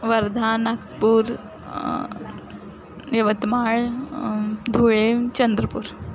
Wardha Nagpur Yavatmal Dhule Chandrapur